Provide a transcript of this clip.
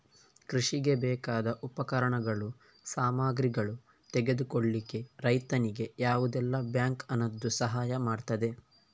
ಕೃಷಿಗೆ ಬೇಕಾದ ಉಪಕರಣಗಳು, ಸಾಮಗ್ರಿಗಳನ್ನು ತೆಗೆದುಕೊಳ್ಳಿಕ್ಕೆ ರೈತನಿಗೆ ಯಾವುದೆಲ್ಲ ಬ್ಯಾಂಕ್ ಹಣದ್ದು ಸಹಾಯ ಮಾಡ್ತದೆ?